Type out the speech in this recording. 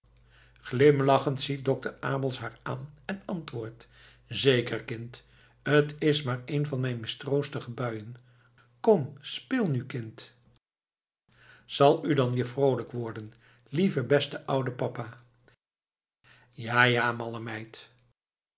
glimlachend ziet dokter abels haar aan en antwoordt zeker kind t is maar een van mijn mistroostige buien kom speel nu kind zal u dan weer vroolijk worden lieve beste oude papa ja ja malle meid